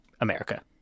America